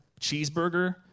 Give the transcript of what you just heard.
cheeseburger